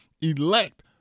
elect